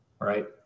right